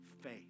faith